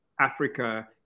Africa